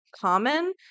common